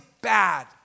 bad